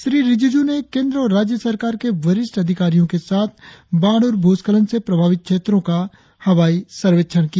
श्री रिजिजू ने केंद्र और राज्य सरकार के वरिष्ठ अधिकारियों के साथ बाढ़ और भूस्खलन से प्रभावित क्षेत्रों का हवाई सर्वेक्षण किया